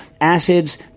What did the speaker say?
Acids